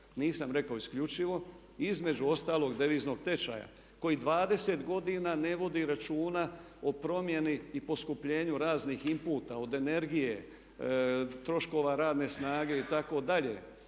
Nisam rekao isključivo, između ostalog deviznog tečaja koji 20 godina ne vodi računa o promjeni i poskupljenju raznih inputa od energije, troškove radne snage itd.